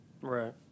Right